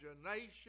imagination